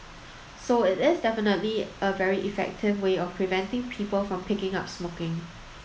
so it is definitely a very effective way of preventing people from picking up smoking